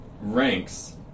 ranks